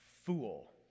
Fool